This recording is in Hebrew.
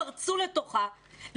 פרצו לתוכה,